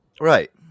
right